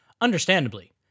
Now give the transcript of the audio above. Understandably